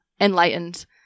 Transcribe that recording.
enlightened